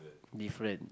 different